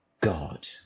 God